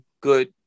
good